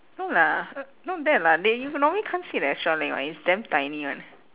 no lah not that lah they you normally can't see the extra leg [one] it's damn tiny [one]